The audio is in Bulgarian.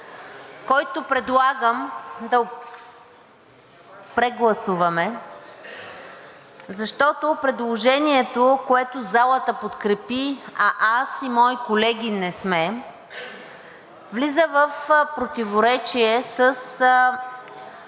който предлагам да прегласуваме, защото предложението, което залата подкрепи, а аз и мои колеги не сме, влиза в противоречие с